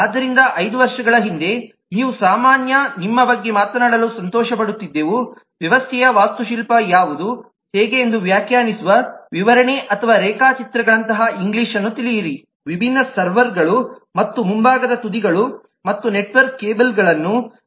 ಆದ್ದರಿಂದ 5 ವರ್ಷಗಳ ಹಿಂದೆಯೇ ನೀವು ಸಾಮಾನ್ಯ ನಿಮ್ಮ ಬಗ್ಗೆ ಮಾತನಾಡಲು ಸಂತೋಷಪಡುತ್ತಿದ್ದೆವು ವ್ಯವಸ್ಥೆಯ ವಾಸ್ತುಶಿಲ್ಪ ಯಾವುದು ಹೇಗೆ ಎಂದು ವ್ಯಾಖ್ಯಾನಿಸುವ ವಿವರಣೆ ಅಥವಾ ರೇಖಾಚಿತ್ರಗಳಂತಹ ಇಂಗ್ಲಿಷ್ ಅನ್ನು ತಿಳಿಯಿರಿ ವಿಭಿನ್ನ ಸರ್ವರ್ಗಳು ಮತ್ತು ಮುಂಭಾಗದ ತುದಿಗಳು ಮತ್ತು ನೆಟ್ವರ್ಕ್ ಕೇಬಲ್ಗಳನ್ನು ಸಂಪರ್ಕಿಸಲಾಗಿದೆ